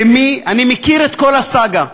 אני מכיר את כל הסאגה,